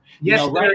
yes